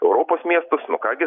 europos miestus nu ką gi